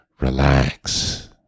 relax